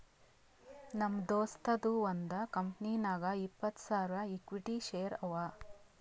ನಮ್ ದೋಸ್ತದು ಒಂದ್ ಕಂಪನಿನಾಗ್ ಇಪ್ಪತ್ತ್ ಸಾವಿರ ಇಕ್ವಿಟಿ ಶೇರ್ ಅವಾ